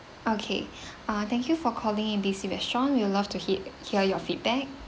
okay ah thank you for calling A B C restaurant you will love to hea~ hear your feedback